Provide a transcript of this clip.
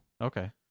Okay